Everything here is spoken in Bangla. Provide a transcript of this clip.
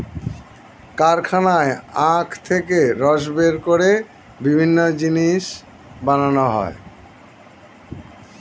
কারখানায় আখ থেকে রস বের করে বিভিন্ন জিনিস বানানো হয়